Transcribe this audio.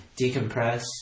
decompress